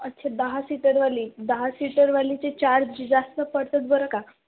अच्छा दहा सीटरवाली दहा सीटरवालीचे चार्ज जास्त पडतात बरं का